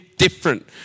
different